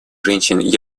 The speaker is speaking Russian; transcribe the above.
женщин